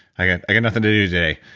i i got nothing to do today,